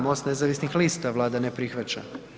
MOST nezavisnih lista, Vlada ne prihvaća.